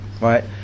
right